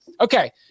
Okay